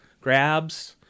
grabs